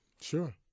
Sure